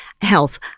health